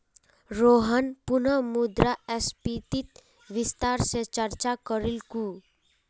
रोहन पुनः मुद्रास्फीतित विस्तार स चर्चा करीलकू